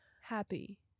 happy